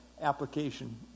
application